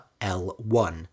l1